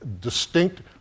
distinct